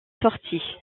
sorti